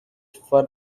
for